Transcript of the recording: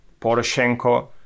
Poroshenko